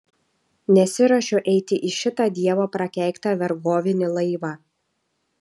nesiruošiu eiti į šitą dievo prakeiktą vergovinį laivą